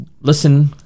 listen